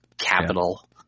capital